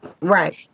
right